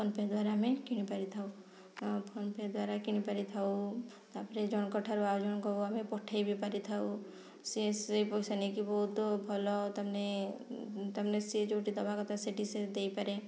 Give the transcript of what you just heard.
PhonePe ଦ୍ଵାରା ଆମେ କିଣି ପାରିଥାଉ ଫୋନ୍ପେ ଦ୍ଵାରା କିଣି ପାରିଥାଉ ତା ପରେ ଜଣଙ୍କ ଠାରୁ ଆଉ ଜଣଙ୍କ ପାଖକୁ ଆମେ ପଠେଇ ବି ପାରିଥାଉ ସିଏ ସେ ପଇସା ନେଇକି ବହୁତ ଭଲ ତାମାନେ ତାମାନେ ସିଏ ଯେଉଁଠି ଦେବା କଥା ସେଠି ସେ ଦେଇପାରେ